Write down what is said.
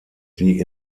die